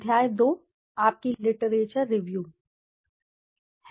अध्याय 2 आपकी literature review है